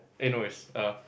eh no is err